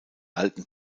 alten